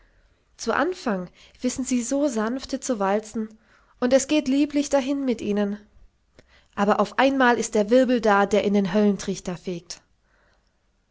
zu anfang wissen sie so sanfte zu walzen und es geht lieblich dahin mit ihnen aber auf einmal ist der wirbel da der in den höllentrichter fegt